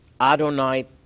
Adonai